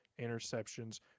interceptions